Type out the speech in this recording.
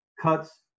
cuts